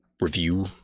review